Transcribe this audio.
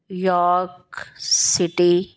york city